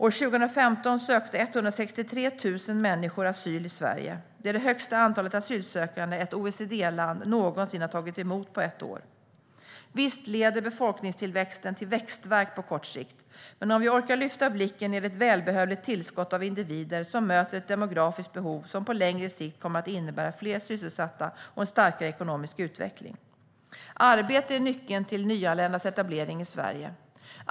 År 2015 sökte 163 000 människor asyl i Sverige. Det är det högsta antalet asylsökande som ett OECD-land någonsin har tagit emot på ett år. Visst leder befolkningstillväxten till växtvärk på kort sikt, men om vi orkar lyfta blicken är det ett välbehövligt tillskott av individer som möter ett demografiskt behov som på längre sikt kommer att innebära fler sysselsatta och en starkare ekonomisk utveckling. Arbete är nyckeln till nyanländas etablering i Sverige.